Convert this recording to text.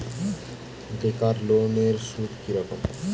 বেকার লোনের সুদ কি রকম?